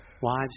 Wives